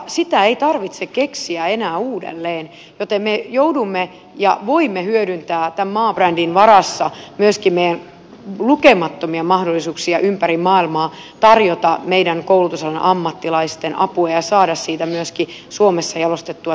sitä ei tarvitse keksiä enää uudelleen joten me joudumme hyödyntämään ja voimme hyödyntää tämän maabrändin varassa ympäri maailmaa myöskin meidän lukemattomia mahdollisuuksiamme tarjota meidän koulutusalan ammattilaistemme apua ja voimme saada siitä myöskin suomessa jalostettua työpaikkoja